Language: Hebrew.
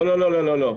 לא, לא, לא.